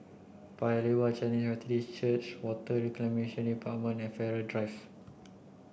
Paya Lebar Chinese Methodist Church Water Reclamation Department and Farrer Drive